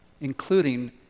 including